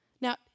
Now